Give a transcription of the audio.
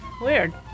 Weird